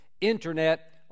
internet